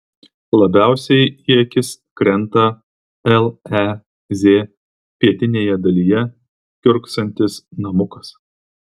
labiausiai į akis krenta lez pietinėje dalyje kiurksantis namukas